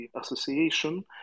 Association